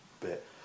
bit